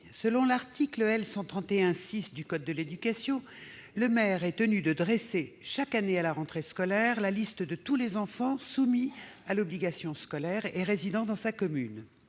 Selon l'article L. 131-6 du code de l'éducation, le maire est tenu de dresser, chaque année, à la rentrée scolaire, la liste de tous les enfants soumis à l'obligation scolaire et résidant dans sa commune.